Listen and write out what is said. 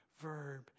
verb